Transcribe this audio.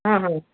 ହଁ ହଁ